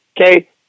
okay